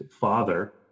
father